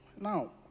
now